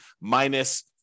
minus